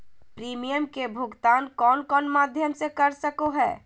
Premium के भुक्तान कौन कौन माध्यम से कर सको है?